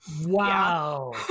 Wow